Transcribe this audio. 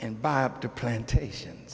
and buy the plantations